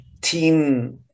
teen